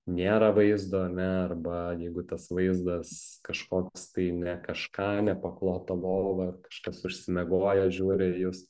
nėra vaizdo arba jeigu tas vaizdas kažkoks tai ne kažką nepaklota lova kažkas užsimiegojęs žiūri į jus